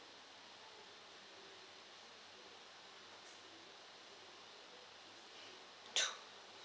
two